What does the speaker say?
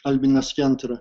albinas kentra